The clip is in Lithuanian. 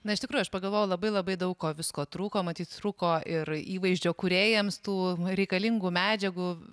na iš tikrųjų aš pagalvojau labai labai daug visko trūko matyt trūko ir įvaizdžio kūrėjams tų reikalingų medžiagų